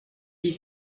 lie